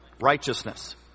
righteousness